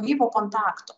gyvo kontakto